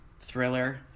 thriller